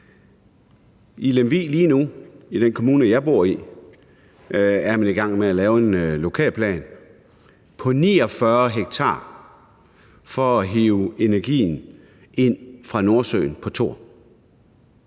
I Lemvig, som er den kommune, jeg bor i, er man lige nu i gang med at lave en lokalplan på 49 ha for at hive energien ind fra Nordsøen på Thor.